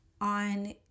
on